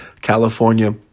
California